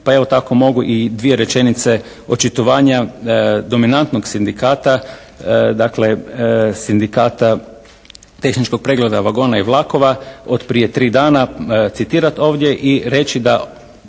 pa evo tako mogu i dvije rečenice očitovanja dominantnog sindikata, dakle sindikata tehničkog pregleda vagona i vlakova od prije tri dana citirati ovdje i reći da,